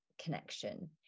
connection